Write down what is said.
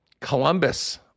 Columbus